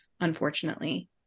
unfortunately